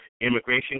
Immigration